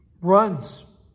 runs